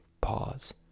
pause